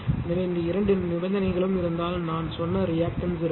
எனவே இந்த இரண்டு நிபந்தனைகளும் இருந்தால் நான் சொன்ன ரியாக்டன்ஸ் இருக்கும்